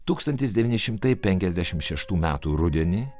tūkstantis devyni šimtai penkiasdešimt šeštų metų rudenį